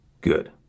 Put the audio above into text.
Good